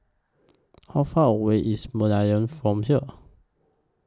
How Far away IS Merlion from here